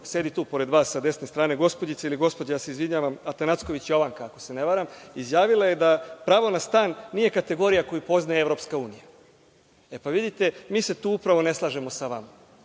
sedi tu pored vas, sa desne strane, gospođice ili gospođo, ja se izvinjavam, Atanacković Jovanka, ako se ne varam, izjavila je da pravo na stan nije kategorija koju poznaje Evropska unija. E, pa vidite, mi se tu upravo ne slažemo sa vama.